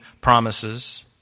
promises